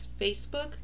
Facebook